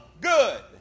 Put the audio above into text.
good